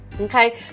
Okay